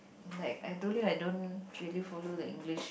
like I told you I don't really follow the English